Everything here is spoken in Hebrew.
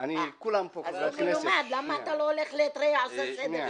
--- אם אתה מלומד אז למה אתה לא הולך לאריתריאה לעשות סדר שם?